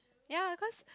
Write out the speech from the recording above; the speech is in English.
ya cause